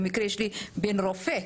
במקרה יש לי בן רופא,